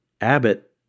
Abbott